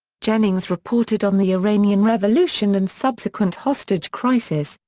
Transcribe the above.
jennings reported on the iranian revolution and subsequent hostage crisis,